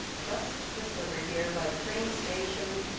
just just over here by the train station,